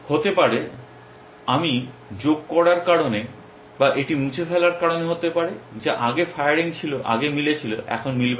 হতে পারে আমি যোগ করার কারণে বা এটি মুছে ফেলার কারণে হতে পারে যা আগে ফায়ারিং ছিল আগে মিলে ছিল এখন মিলবে না